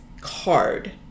card